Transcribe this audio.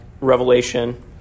revelation